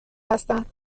هستن